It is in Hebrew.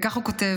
וכך הוא כותב: